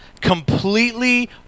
completely